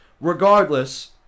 Regardless